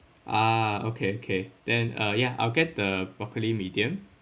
ah okay okay then uh yeah I'll get the broccoli medium